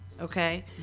Okay